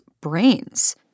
brains